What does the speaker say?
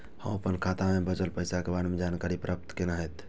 हम अपन खाता में बचल पैसा के बारे में जानकारी प्राप्त केना हैत?